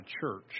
church